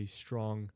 strong